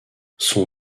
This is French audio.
son